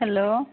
hello